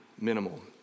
Minimal